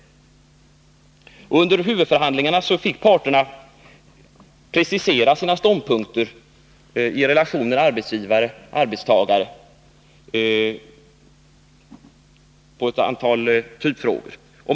Under huvudförhandlingarna fick parterna precisera sina ståndpunkter när det gäller relationen mellan arbetsgivare och arbetstagare i svar på ett antal typfrågor.